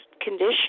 condition